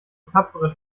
tapfere